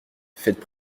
faites